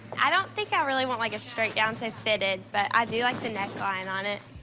i don't think i really want like a straight down, so fitted, but i do like the neckline on it.